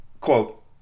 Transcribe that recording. Quote